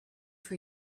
for